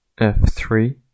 F3